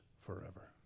forever